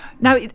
Now